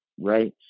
right